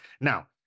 Now